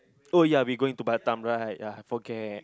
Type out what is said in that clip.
oh ya we going to Batam right yeah I forget